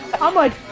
i'm like